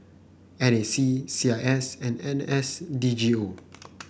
N A C C I S and N S DGO